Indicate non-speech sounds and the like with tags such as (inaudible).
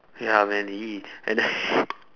ya man !ee! and then (laughs)